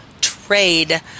Trade